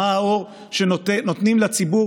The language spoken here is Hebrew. מה האור שנותנים לציבור,